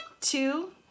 two